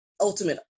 ultimate